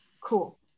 cool